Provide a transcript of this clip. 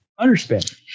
underspin